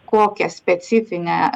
kokią specifinę